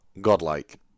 godlike